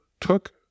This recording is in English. took